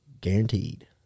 Guaranteed